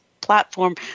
platform